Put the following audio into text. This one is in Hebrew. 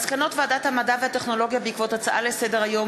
מסקנות ועדת המדע והטכנולוגיה בעקבות דיון בהצעות לסדר-היום